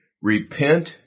Repent